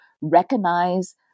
recognize